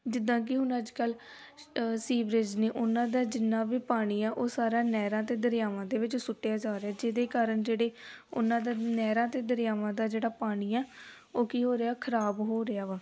ਜਿੱਦਾਂ ਕਿ ਹੁਣ ਅੱਜ ਕੱਲ੍ਹ ਅ ਸੀਵਰੇਜ਼ ਨੇ ਉਹਨਾਂ ਦਾ ਜਿੰਨਾ ਵੀ ਪਾਣੀ ਆ ਉਹ ਸਾਰਾ ਨਹਿਰਾਂ ਅਤੇ ਦਰਿਆਵਾਂ ਦੇ ਵਿੱਚ ਸੁੱਟਿਆ ਜਾ ਰਿਹਾ ਜਿਹਦੇ ਕਾਰਨ ਜਿਹੜੇ ਉਹਨਾਂ ਦਾ ਨਹਿਰਾਂ ਅਤੇ ਦਰਿਆਵਾਂ ਦਾ ਜਿਹੜਾ ਪਾਣੀ ਆ ਉਹ ਕੀ ਹੋ ਰਿਹਾ ਖ਼ਰਾਬ ਹੋ ਰਿਹਾ ਵਾ